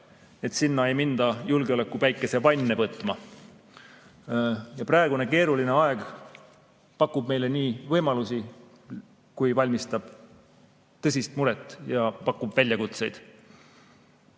et sinna ei minda julgeolekupäikese vanne võtma. Praegune keeruline aeg pakub meile nii võimalusi kui ka valmistab tõsist muret ja pakub väljakutseid.